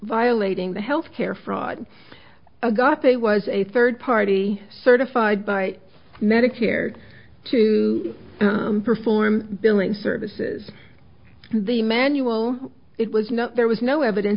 violating the health care fraud got they was a third party certified by medicare to perform billing services and the manual it was not there was no evidence